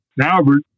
Albert